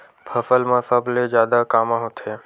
फसल मा सबले जादा कामा होथे?